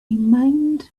mind